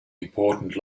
important